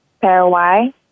Paraguay